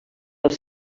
als